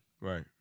Right